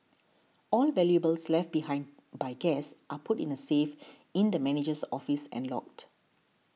all valuables left behind by guests are put in the safe in the manager's office and logged